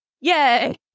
Yay